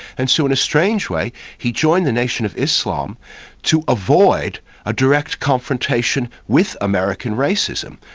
and so in a strange way he joined the nation of islam to avoid a direct confrontation with american racism,